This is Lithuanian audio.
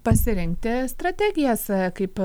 pasirengti strategijas kaip